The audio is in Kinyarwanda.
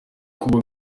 kuba